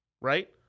right